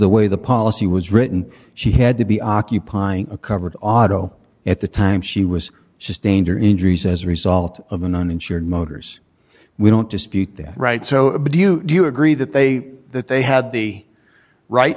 the way the policy was written she had to be occupying a covered auto at the time she was sustained her injuries as a result of an uninsured motors we don't dispute that right so do you do you agree that they that they had the right